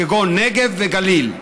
כגון הנגב והגליל.